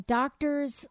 doctors